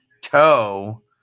toe